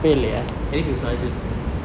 at least you sergeant